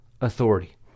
authority